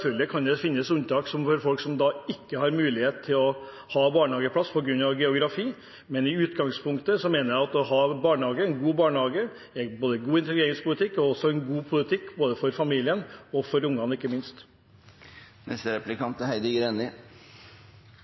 kan det finnes unntak for folk som på grunn av geografi ikke har mulighet til å ha barnehageplass, men i utgangspunktet mener jeg at å ha en god barnehage er god integreringspolitikk og også god politikk for familien og ikke minst for ungene.